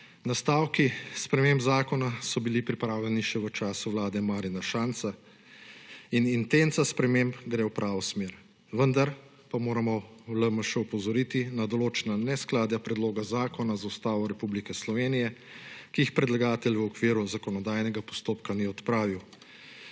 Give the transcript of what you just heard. Nastavki sprememb zakona so bili pripravljeni še v času vlade Marjana Šarca in intenca sprememb gre v pravo smer. Vendar pa moramo v LMŠ opozoriti na določena neskladja predloga zakona z Ustavo Republike Slovenije, ki jih predlagatelj v okviru zakonodajnega postopka ni odpravil.